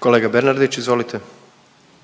**Jandroković, Gordan